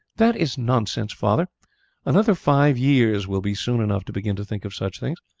that is nonsense, father another five years will be soon enough to begin to think of such things.